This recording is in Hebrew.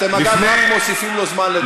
אתם רק מוסיפים לו זמן.